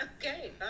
Okay